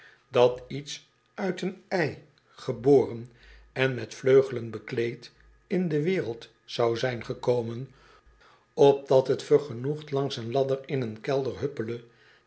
dat iets uit een ei geboren en met vleugelen bekleed in de wereld zou zijn gekomen opdat het vergenoegd langs een ladder in een